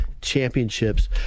championships